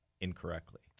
incorrectly